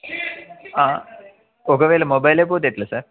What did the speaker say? ఒకవేళ మొబైలే పోతే ఎట్ల సార్